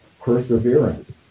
Perseverance